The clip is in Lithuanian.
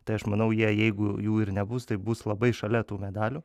tai aš manau jei jeigu jų ir nebus tai bus labai šalia tų medalių